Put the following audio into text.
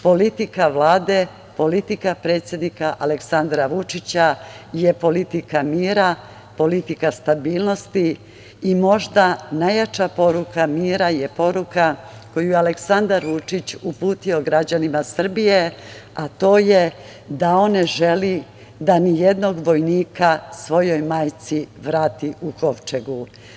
Politika Vlade, politika predsednika Aleksandra Vučića, je politika mira, politika stabilnosti i možda najjača poruka mira je poruka koju je Aleksandar Vučić uputio građanima Srbije, a to je da on ne želi da ni jednog vojnika svojoj majci vrati u kovčegu.